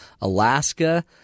Alaska